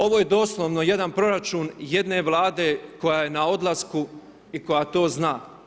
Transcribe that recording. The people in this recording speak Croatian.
Ovo je doslovno jedan proračun, jedne Vlade koja je na odlasku i koja to zna.